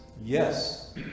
yes